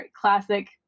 classic